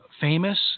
famous